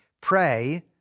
Pray